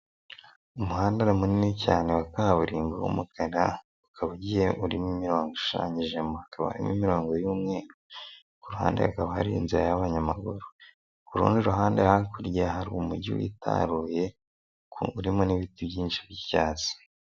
Umuhanda munini cyane wa kaburimbo w'umukara, ukaba ugiye urimo imironko ishushanyijemo, hakaba imirongo y'umweru ku ruhande hakaba hari inzira y'abanyamaguru, ku rundi ruhande hakurya hari umujyi witaruye urimo n'ibiti byinshi by'icyatsi.